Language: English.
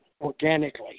organically